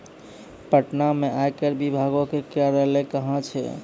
पटना मे आयकर विभागो के कार्यालय कहां छै?